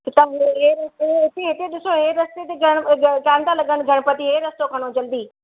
हितां हे हे रस्ते ते ॾिसी हिते ॾिसो हे रस्ते ते गणि कान था लॻनि गणपती हे रस्तो खणो जल्दी